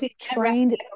trained